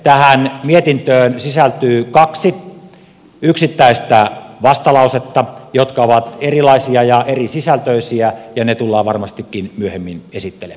tähän mietintöön sisältyy kaksi yksittäistä vastalausetta jotka ovat erilaisia ja erisisältöisiä ja ne tullaan varmastikin myöhemmin esittelemään